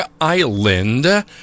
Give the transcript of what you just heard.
Island